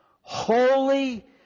holy